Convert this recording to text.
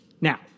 Now